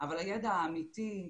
אבל הידע האמיתי,